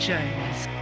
Jones